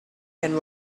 and